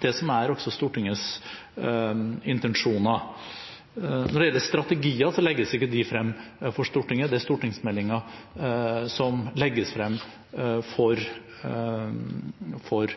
det som også er Stortingets intensjoner. Når det gjelder strategier, legges ikke de frem for Stortinget. Det er stortingsmeldinger som legges frem for